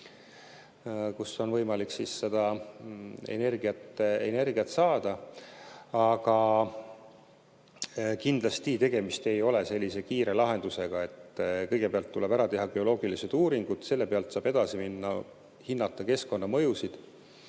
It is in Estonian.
kust on võimalik energiat saada. Aga kindlasti ei ole tegemist kiire lahendusega. Kõigepealt tuleb ära teha geoloogilised uuringud, nende pealt saab edasi minna ja hinnata keskkonnamõjusid